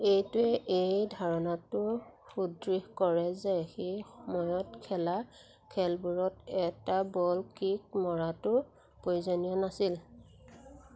এইটোৱে এই ধাৰণাটো সুদৃঢ় কৰে যে সেই সময়ত খেলা খেলবোৰত এটা বল কিক মৰাটো প্ৰয়োজনীয় নাছিল